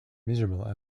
miserable